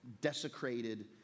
desecrated